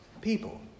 people